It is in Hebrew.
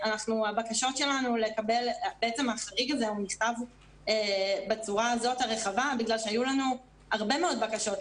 והחריג הזה נכתב בצורה הרחבה הזאת בגלל שהיו לנו הרבה מאוד בקשות,